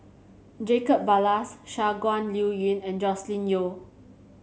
Jacob Ballas Shangguan Liuyun and Joscelin Yeo